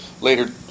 later